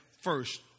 first